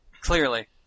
Clearly